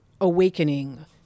awakening